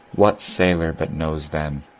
what sailor but knows them?